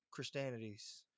Christianities